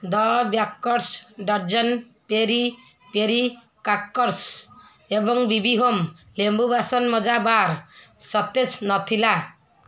ଦ bakers dozen peri peri crackers ଏବଂ B B home ଲେମ୍ବୁ ବାସନମଜା ବାର୍ ସତେଜ ନଥିଲା